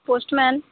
post man